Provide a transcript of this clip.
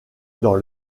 dans